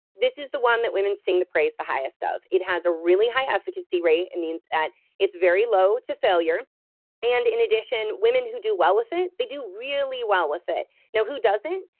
this is the one that women sing the praise the highest of. it has a really high efficacy rate, it means that it's very low to failure and in addition, women who do well with it, they do really well with it now, who doesn't?